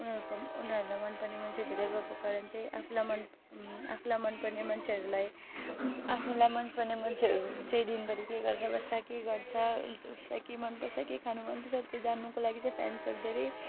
उनीहरूको उनीहरूलाई मन पर्ने मान्छे धेरै भएको कारण चाहिँ आफूलाई मन आफूलाई मन पर्ने मान्छेहरूलाई आफूलाई मन पर्ने मान्छेहरू चाहिँ दिनभरि के गरेर बस्छ के गर्छ अनि त उसलाई के मन पर्छ के खानु मन पर्छ त्यो जान्नुको लागि चाहिँ फ्यान्सहरू धेरै